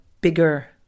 bigger